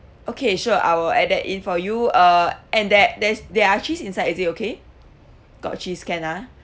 okay sure I'll add that in for you uh and that there's there are cheese inside is it okay got cheese can ah